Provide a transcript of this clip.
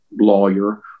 lawyer